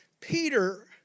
Peter